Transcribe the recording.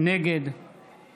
נגד